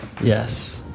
yes